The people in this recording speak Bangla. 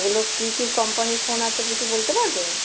ওগুলো কী কী কোম্পানির ফোন আছে আপনি কি বলতে পারবেন